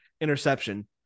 interception